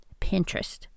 Pinterest